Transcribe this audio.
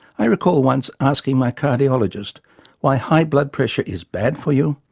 i recall once asking my cardiologist why high blood pressure is bad for you,